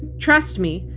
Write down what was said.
trust me,